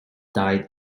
died